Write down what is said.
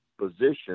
position